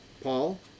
Paul